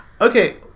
Okay